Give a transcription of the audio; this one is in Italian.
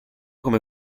come